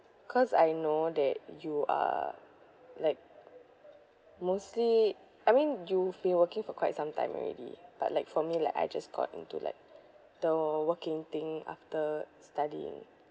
cause I know that you are like mostly I mean you've been working for quite some time already but like for me like I just got into like the working thing after studying